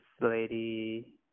lady